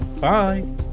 Bye